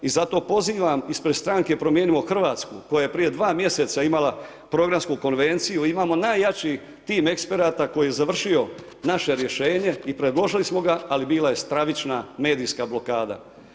I zato pozivam ispred stranke Promijenimo Hrvatsku koja je prije dva mjeseca imali programsku konvenciju, imamo najjači tim eksperata koji je završio naše rješenje i predložili smo ga, ali bila je stravična medijska blokada.